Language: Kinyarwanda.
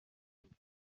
gusa